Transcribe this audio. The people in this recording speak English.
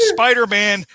Spider-Man